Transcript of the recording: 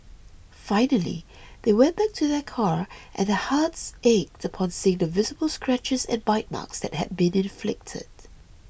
finally they went back to their car and their hearts ached upon seeing the visible scratches and bite marks that had been inflicted